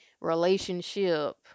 relationship